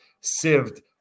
sieved